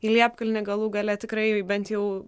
į liepkalnį galų gale tikrai bent jau